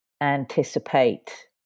anticipate